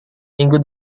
minggu